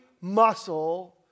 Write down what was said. muscle